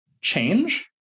change